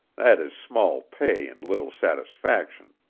that is small pay and little satisfaction.